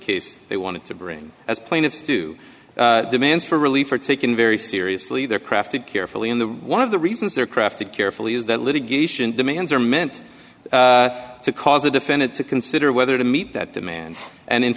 case they wanted to bring as plaintiffs to demands for relief are taken very seriously there crafted carefully in the one of the reasons they're crafted carefully is that litigation demands are meant to cause a defendant to consider whether to meet that demand and in